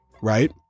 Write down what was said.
Right